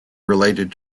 related